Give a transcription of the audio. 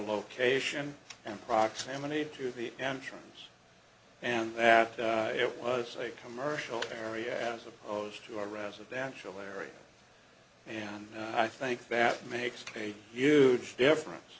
location and proximity to the entrance and that it was a commercial area as opposed to a residential area and i think that makes a huge difference